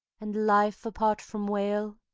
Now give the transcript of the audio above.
and life apart from wail?